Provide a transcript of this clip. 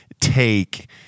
take